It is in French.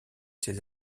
ses